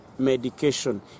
medication